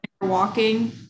walking